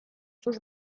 cóż